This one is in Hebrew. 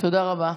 תודה רבה.